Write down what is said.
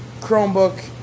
Chromebook